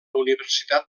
universitat